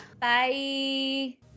Bye